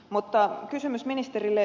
mutta kysymys ministerille